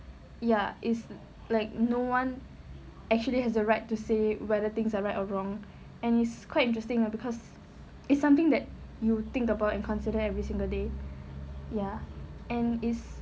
ya is like no one actually has the right to say whether things are right or wrong and it's quite interesting lah because it's something that you think about and consider every single day ya and it's